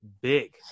big